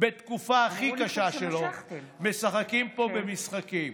בתקופה הכי קשה שלו, משחקים פה במשחקים.